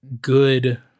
good